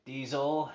Diesel